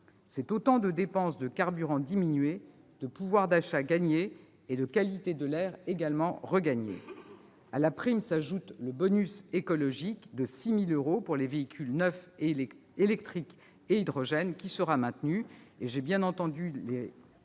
C'est autant de dépenses de carburant diminuées, de pouvoir d'achat et de qualité de l'air regagnés. À la prime s'ajoute le bonus écologique de 6 000 euros pour les véhicules neufs électriques et hydrogènes, qui sera maintenu.